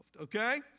Okay